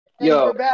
Yo